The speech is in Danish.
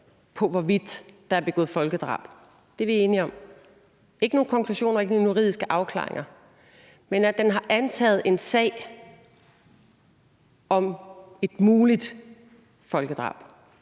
på, hvorvidt der er begået folkedrab. Er vi enige om det? Ikke nogen konklusioner og ikke nogen juridiske afklaringer, men at den har antaget en sag om et muligt folkedrab,